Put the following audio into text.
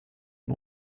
een